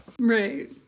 Right